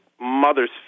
mother's